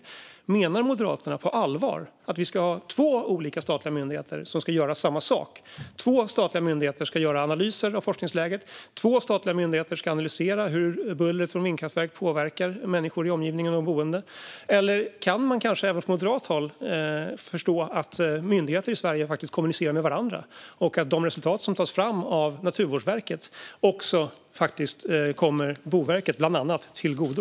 Då undrar man om Moderaterna på allvar menar att vi ska ha två olika statliga myndigheter som ska göra samma sak. Ska två statliga myndigheter göra analyser av forskningsläget? Ska två statliga myndigheter analysera hur bullret från vindkraftverk påverkar människor och boende i omgivningen? Eller kan man kanske även från moderat håll förstå att myndigheter i Sverige faktiskt kommunicerar med varandra och att de resultat som tas fram av Naturvårdsverket också kommer bland annat Boverket till godo?